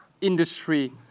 industry